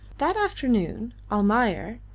that afternoon almayer,